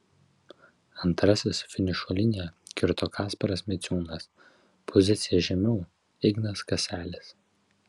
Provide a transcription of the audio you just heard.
antrasis finišo liniją kirto kasparas miciūnas pozicija žemiau ignas kaselis